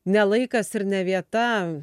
ne laikas ir ne vieta